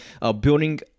building